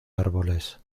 árboles